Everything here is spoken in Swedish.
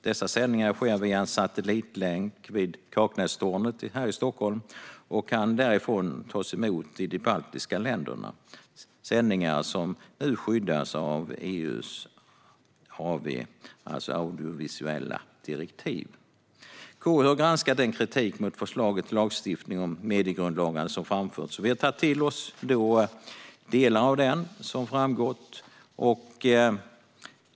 Dessa sändningar sker via en satellitlänk vid Kaknästornet i Stockholm, och de kan därifrån tas emot i de baltiska länderna. Dessa sändningar skyddas nu av EU:s AV-direktiv. KU har granskat den kritik mot förslaget till lagstiftning om mediegrundlagar som framförts. Vi har tagit till oss delar av kritiken.